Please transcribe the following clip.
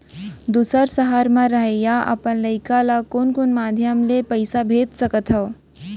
दूसर सहर म रहइया अपन लइका ला कोन कोन माधयम ले पइसा भेज सकत हव?